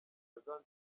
zanzibar